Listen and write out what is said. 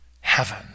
heaven